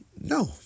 No